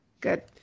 Good